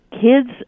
kids